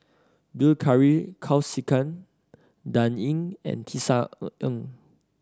Bilahari Kausikan Dan Ying and Tisa Ng